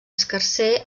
escarser